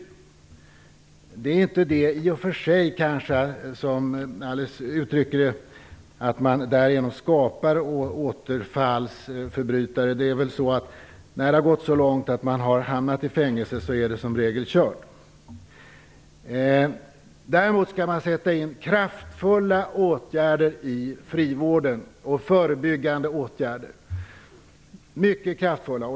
I och för sig kanske det inte är så som Alice Åström uttrycker det, att fängelserna skapar återfallsförbrytare. När det har gått så långt att man har hamnat i fängelse är det som regel kört. Man skall sätta in mycket kraftfulla och förebyggande åtgärder i frivården.